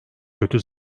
kötü